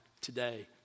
today